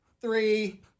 three